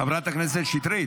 חברת הכנסת שטרית,